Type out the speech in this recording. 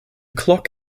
clock